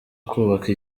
kubaka